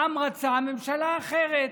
העם רצה ממשלה אחרת.